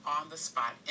on-the-spot